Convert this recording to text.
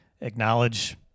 acknowledge